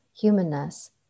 humanness